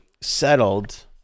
settled